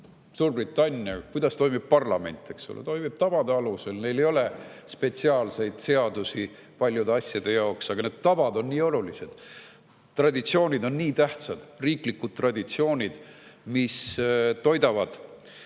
Suurbritannia: parlament toimib seal tavade alusel, neil ei ole spetsiaalseid seadusi paljude asjade jaoks, aga need tavad on nii olulised. Traditsioonid on nii tähtsad, riiklikud traditsioonid, mis toidavad